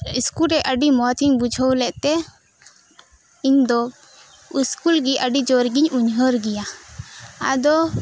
ᱥᱠᱩᱞᱨᱮ ᱟᱹᱰᱤ ᱢᱚᱸᱡᱽ ᱤᱧ ᱵᱩᱡᱷᱟᱹᱣ ᱞᱮᱫ ᱛᱮ ᱤᱧ ᱫᱚ ᱥᱠᱩᱞᱜᱮ ᱟᱹᱰᱤ ᱡᱳᱨᱜᱮᱧ ᱩᱭᱦᱟᱹᱨ ᱜᱮᱭᱟ ᱟᱫᱚ